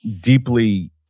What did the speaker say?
deeply